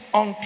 on